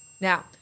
Now